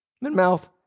mouth